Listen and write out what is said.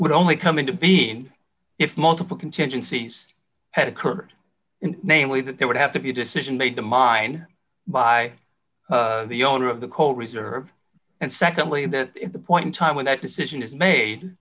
would only come into being if multiple contingencies had occurred namely that there would have to be a decision made to mine by the owner of the coal reserve and secondly and the point in time when that decision is made